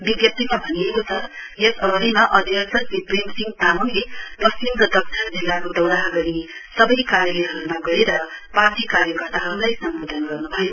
वित्रप्तीमा भनिएको छ यस अवधिमा अध्यक्ष श्री प्रेमसिंह तामङले पश्चिम र दक्षिण जिल्लाको दौड़ाह गरी सवै कार्यालयहरुमा गएर पार्टी कार्य कर्ताहरुलाई सम्वोधन गर्नुभयो